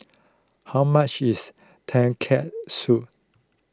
how much is Tonkatsu